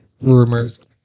rumors